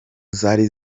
zari